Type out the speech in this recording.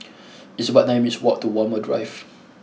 it's about nine minutes' walk to Walmer Drive